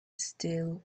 still